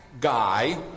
guy